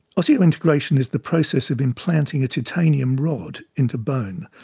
osseointegration is the process of implanting a titanium rod into bone.